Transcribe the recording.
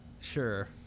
sure